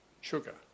sugar